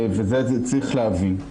ואת זה צריך להבין.